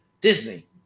Disney